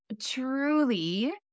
Truly